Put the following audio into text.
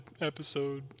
episode